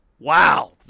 Wow